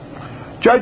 Judge